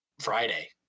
Friday